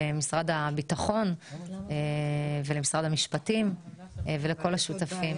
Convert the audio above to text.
למשרד הביטחון ולמשרד המשפטים ולכל השותפים.